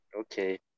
Okay